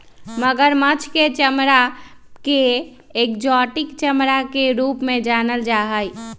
मगरमच्छ के चमडड़ा के एक्जोटिक चमड़ा के रूप में भी जानल जा हई